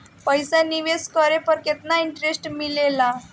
पईसा निवेश करे पर केतना इंटरेस्ट मिलेला?